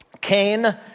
Cain